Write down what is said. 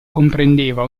comprendeva